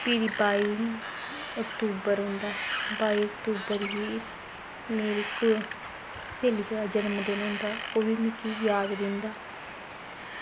फ्ही बाई अक्तुबर औंदा बाई अक्तुबर गी मेरी स्हेलियै दा जनमदिन होंदा ओह्बी मिगी याद रौंह्दा